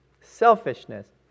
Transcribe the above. Selfishness